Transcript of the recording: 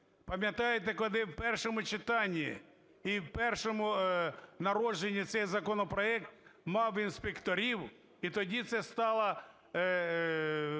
пам'ятаєте, коли в першому читанні і в першому народженні цей законопроект мав би інспекторів, і тоді це стало